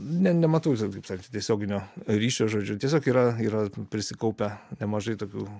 ne nematau kaip sekti tiesioginio ryšio žodžiu tiesiog yra yra prisikaupę nemažai tokių